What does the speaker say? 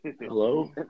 Hello